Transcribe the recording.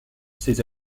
ses